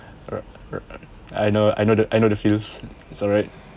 right right I know I know the I know the feels it's alright